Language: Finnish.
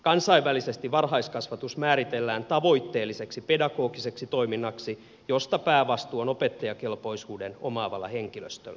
kansainvälisesti varhaiskasvatus määritellään tavoitteelliseksi pedagogiseksi toiminnaksi josta päävastuu on opettajakelpoisuuden omaavalla henkilöstöllä